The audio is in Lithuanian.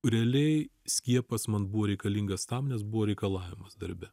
realiai skiepas man buvo reikalingas tam nes buvo reikalavimas darbe